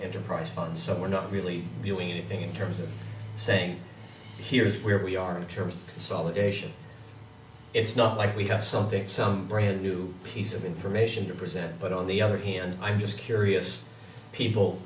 enterprise fund some we're not really doing anything in terms of saying here's where we are in terms of solid asian it's not like we have something some brand new piece of information to present but on the other hand i'm just curious people